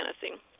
fantasy